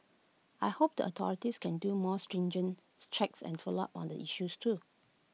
I hope the authorities can do more stringent checks and follow up on the issues too